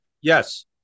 Yes